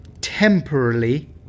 temporarily